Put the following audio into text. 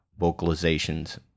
vocalizations